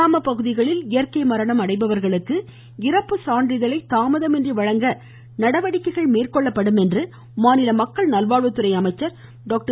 கிராமப்பகுதிகளில் இயற்கை மரணம் அடைபவர்களுக்கு இறப்பு சான்றிதழை தாமதமின்றி வழங்க நடவடிக்கை மேற்கொள்ளப்படும் என்று மாநில மக்கள் நல்வாழ்வுத்துறை அமைச்சர் டாக்டர்